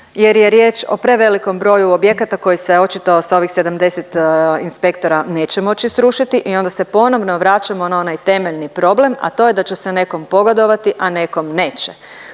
jer je riječ o prevelikom broju objekata koji se očito sa ovih 70 inspektora neće moći srušiti i onda se ponovno vraćamo na onaj temeljni problem, a to je da će se nekom pogodovati a nekom neće.